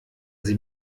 sie